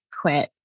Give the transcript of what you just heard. quit